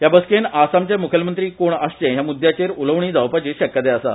या बसकेन आसामचे मुखेलमंत्री कोण आसचे हे मुद्याचेर उलोवणी जावपाची शक्यताय आसा